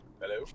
Hello